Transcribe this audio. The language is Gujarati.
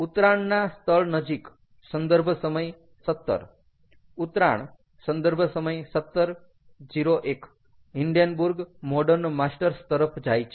ઉતરાણના સ્થળ નજીક સંદર્ભ સમય 1700 ઉતરાણ સંદર્ભ સમય 1701 હિન્ડેન્બુર્ગ મોડર્ન માસ્ટર્સ તરફ જાય છે